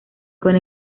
con